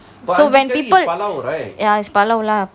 so when people ya it's பளவு:palavu lah